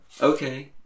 Okay